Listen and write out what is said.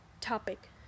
topic